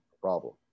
problem